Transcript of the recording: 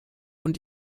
und